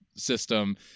system